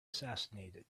assassinated